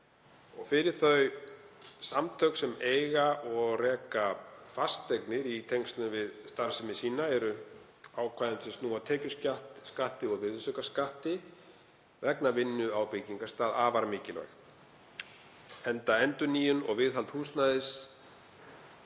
Fyrir þau samtök sem eiga og reka fasteignir í tengslum við starfsemi sína eru ákvæðin sem snúa að tekjuskatti og virðisaukaskatti vegna vinnu á byggingarstað afar mikilvæg, enda endurnýjun og viðhald húsnæðis